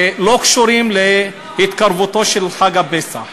והן לא קשורות להתקרבותו של חג הפסח.